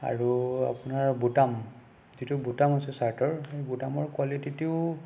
আৰু আপোনাৰ বুটাম যিটো বুটাম আছে চাৰ্টৰ সেই বুটামৰ কোৱালিটিটো